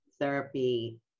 therapy